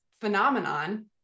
phenomenon